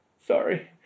Sorry